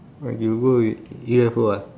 what you go with U_F_O ah